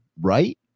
right